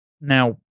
Now